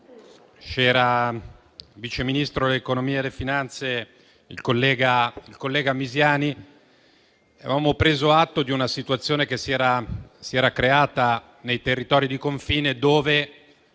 quando il Vice Ministro dell'economia e delle finanze era il collega Misiani, a prendere atto di una situazione che si era creata nei territori di confine, dove